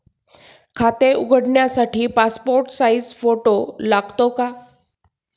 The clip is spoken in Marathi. खाते उघडण्यासाठी पासपोर्ट साइज फोटो लागतो का?